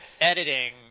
editing